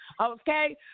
Okay